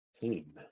team